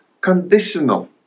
conditional